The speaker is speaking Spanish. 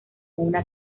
una